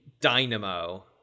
Dynamo